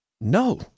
no